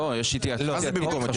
לא, יש התייעצות מאוד חשובה.